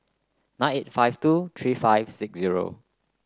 nine eight five two three five six zero